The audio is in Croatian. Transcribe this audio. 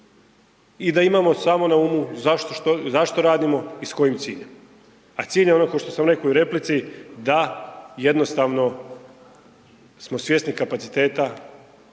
i da imamo samo na umu zašto radimo i s kojim ciljem. A cilj je ono kao što sam rekao u replici da jednostavno smo svjesni kapaciteta